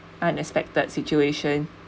unexpected situation